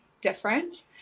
different